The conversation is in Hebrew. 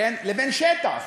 לבין שטח?